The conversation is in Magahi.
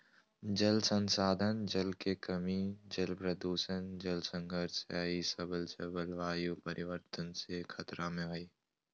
जल संसाधन, जल के कमी, जल प्रदूषण, जल संघर्ष ई सब जलवायु परिवर्तन से खतरा में हइ